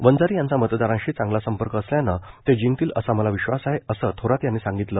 वंजारी यांचा मतदारांशी चांगला संपर्क असल्यानं ते जिंकतील असा मला विश्वास आहे असं थोरात यांनी सांगितलं